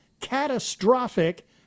catastrophic